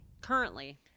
Currently